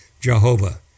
Jehovah